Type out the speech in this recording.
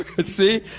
See